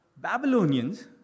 Babylonians